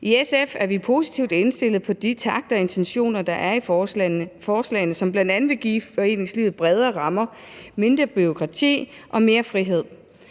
I SF er vi positivt indstillede over for de takter og intentioner, der er i forslaget, som bl.a. vil give foreningslivet bredere rammer, mindre bureaukrati og mere frihed.